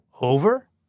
over